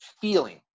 feeling